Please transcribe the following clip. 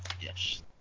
Yes